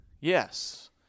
yes